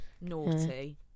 naughty